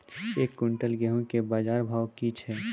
एक क्विंटल गेहूँ के बाजार भाव की छ?